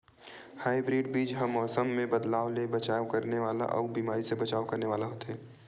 hybrid बीज हा मौसम मे बदलाव से बचाव करने वाला अउ बीमारी से बचाव करने वाला होथे